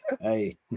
Hey